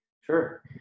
sure